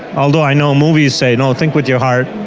although i know movies say, no, think with your heart,